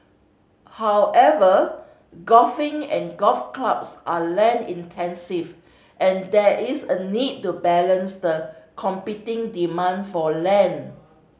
however golfing and golf clubs are land intensive and there is a need to balance the competing demand for land